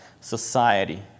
society